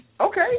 Okay